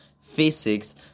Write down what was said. physics